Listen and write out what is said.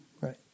Right